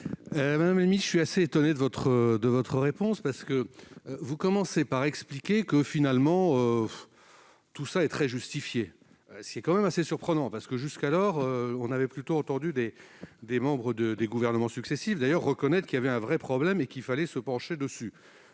Madame la ministre, je suis assez étonné par votre réponse. Vous commencez par expliquer que, finalement, tout cela est très justifié, ce qui est tout de même assez surprenant, parce que, jusqu'alors, on avait plutôt entendu les membres des gouvernements précédents reconnaître qu'il y avait un vrai problème et qu'il fallait se pencher dessus.